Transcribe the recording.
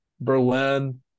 Berlin